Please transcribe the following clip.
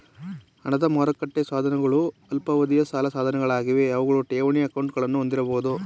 ಹಣದ ಮಾರುಕಟ್ಟೆ ಸಾಧನಗಳು ಅಲ್ಪಾವಧಿಯ ಸಾಲ ಸಾಧನಗಳಾಗಿವೆ ಅವುಗಳು ಠೇವಣಿ ಅಕೌಂಟ್ಗಳನ್ನ ಹೊಂದಿರಬಹುದು